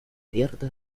cierto